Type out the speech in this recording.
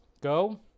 Go